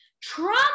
Trump